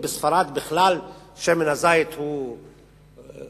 בספרד בכלל שמן הזית הוא מלך,